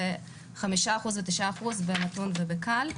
וחמישה אחוז ותשעה אחוז ב"מתון" ו"קל".